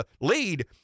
lead